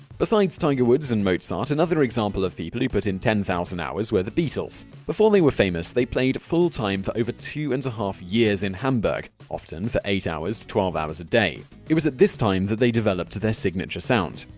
besides tiger woods and mozart, another example of people who put in ten thousand hours were the beatles. before they were famous, they played full time for two and a half years in hamburg, often for eight to twelve hours a day. it was at this time that they developed their signature sound.